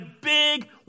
big